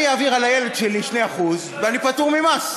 אני אעביר לילד שלי 2% ואני פטור ממס.